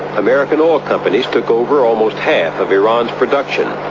american oil companies took over almost half of iran's production.